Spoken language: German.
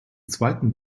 zweiten